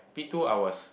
P two I was